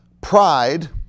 Pride